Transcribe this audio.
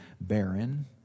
barren